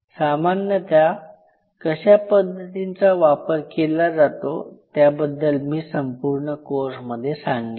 सामान्यत कशा पद्धतींचा वापर केला जातो त्याबद्दल मी संपूर्ण कोर्समध्ये सांगेन